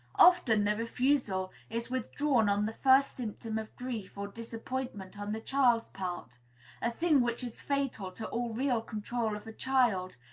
often the refusal is withdrawn on the first symptom of grief or disappointment on the child's part a thing which is fatal to all real control of a child,